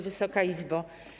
Wysoka Izbo!